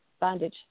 Bondage